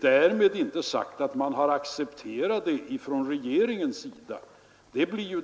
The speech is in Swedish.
Därmed är inte sagt att regeringen har accepterat detta — det blir